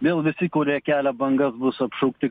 vėl visi kurie kelia bangas bus apšaukti